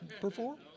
perform